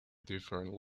different